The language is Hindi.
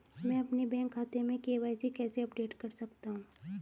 मैं अपने बैंक खाते में के.वाई.सी कैसे अपडेट कर सकता हूँ?